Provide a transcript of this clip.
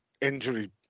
injury